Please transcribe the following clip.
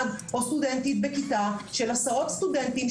או סטודנטית בכיתה של עשרות סטודנטים,